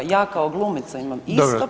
Ja kao glumica imam isto